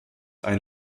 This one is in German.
ein